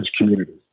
communities